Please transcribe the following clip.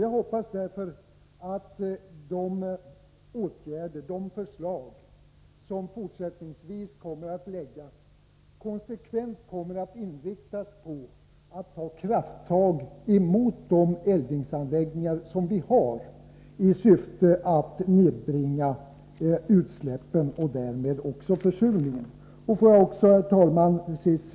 Jag hoppas att förslag i dessa frågor i fortsättningen konsekvent innebär att man riktar in sig på att ta krafttag i syfte att nedbringa utsläppen vid de eldningsanläggningar som redan finns. Därmed minskas ju försurningen. Herr talman!